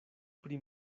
pri